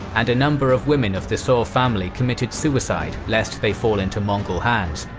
and a number of women of the so family committed suicide lest they fall into mongol hands.